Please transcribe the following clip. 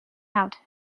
out